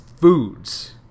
foods